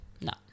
no